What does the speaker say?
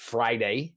Friday